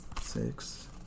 six